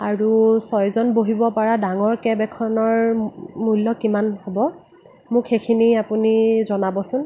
আৰু ছয়জন বহিব পৰা ডাঙৰ কেব এখনৰ মূল্য কিমান হ'ব মোক সেইখিনি আপুনি জনাবচোন